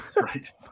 right